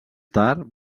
tard